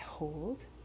Hold